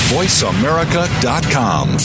VoiceAmerica.com